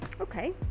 Okay